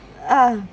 ah